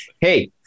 Hey